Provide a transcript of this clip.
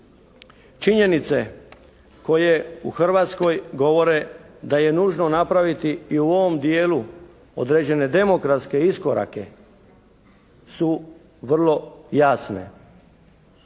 činjenice koje u Hrvatskoj govore da je nužno napraviti i u ovom dijelu određene demokratske iskorake su vrlo jasne.